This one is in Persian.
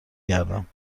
گردم